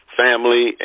family